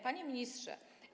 Panie Ministrze!